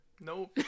Nope